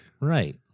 right